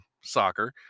soccer